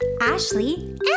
Ashley